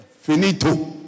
finito